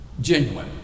genuine